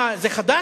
מה, זה חדש?